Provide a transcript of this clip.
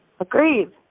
Agreed